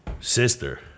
Sister